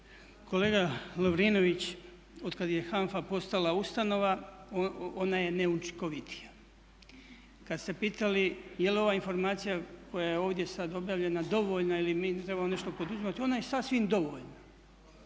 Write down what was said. Kolega Lovrinović, od kada je HANFA postala ustanova ona je neučinkovitija. Kad ste pitali je li ova informacija koja je ovdje sad objavljena dovoljna ili mi trebamo nešto poduzimati ona je sasvim dovoljna,